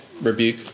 rebuke